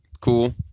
cool